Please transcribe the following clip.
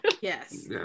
yes